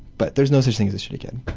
but there's no such thing as a shitty kid.